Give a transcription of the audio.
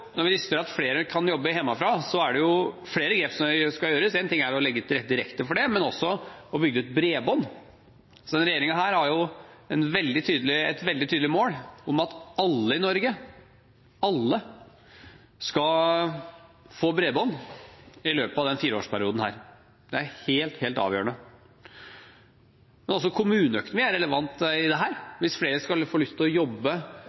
flere grep som må gjøres. Én ting er å legge direkte til rette for det, men vi må også få bygd ut bredbånd. Denne regjeringen har et veldig tydelig mål om at alle i Norge – alle – skal få bredbånd i løpet av denne fireårsperioden. Det er helt, helt avgjørende. Men også kommuneøkonomi er relevant i dette. Hvis flere skal få lyst til å jobbe